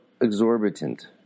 exorbitant